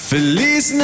Feliz